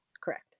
Correct